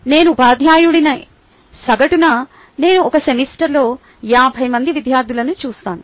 నేను ఉపాధ్యాయుడిని సగటున నేను ఒక సెమిస్టర్లో 50 మంది విద్యార్థులను చూస్తాను